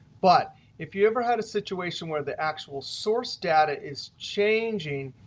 but if you ever had a situation where the actual source data is changing,